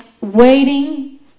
waiting